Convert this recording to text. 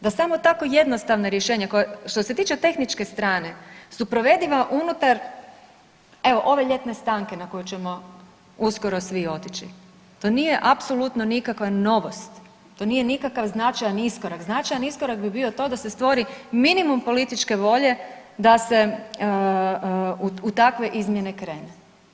Da samo tako jednostavna rješenja, što se tiče tehničke strane su provediva unutar evo ove ljetne stanke na koju ćemo uskoro svi otići, to nije apsolutno nikakva novost, to nije nikakav značajan iskorak, značajan iskorak bi bio to da se stvori minimum političke volje da se u takve izmjene krene.